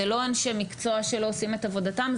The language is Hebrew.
אלו לא אנשי מקצוע שלא עושים את עבודתם,